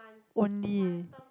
only